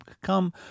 come